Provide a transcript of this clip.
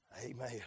Amen